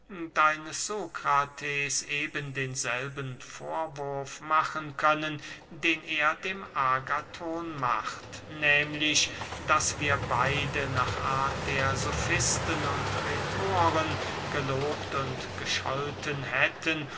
deines sokrates eben denselben vorwurf machen können den er dem agathon macht nehmlich daß wir beide nach art der sofisten und rhetorn gelobt und gescholten hätten